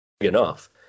enough